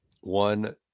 one